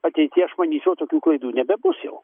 ateity aš manyčiau tokių klaidų nebebus jau